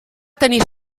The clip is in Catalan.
tenir